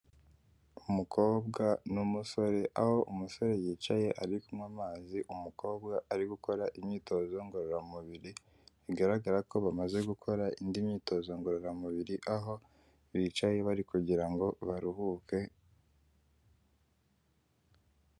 Umukobwa n'umusore aho umusore yicaye ari kunywa amazi umukobwa ari gukora imyitozo ngororamubiri, bigaragara ko bamaze gukora indi myitozo ngororamubiri aho bicaye bari kugirango baruhuke.